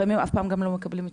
לפעמים גם אף פעם לא מקבלים תשובה,